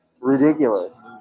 ridiculous